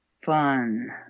fun